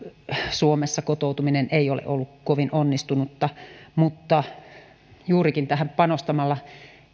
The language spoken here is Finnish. suomessa kotoutuminen ei ole ollut kovin onnistunutta mutta juurikin tähän panostamalla